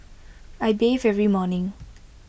I bathe every morning